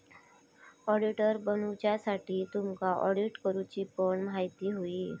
auditor बनुच्यासाठी तुमका audit करूची पण म्हायती होई